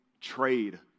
trade